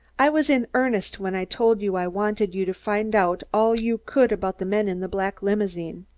i was in earnest when i told you i wanted you to find out all you could about the men in the black limousine.